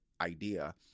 idea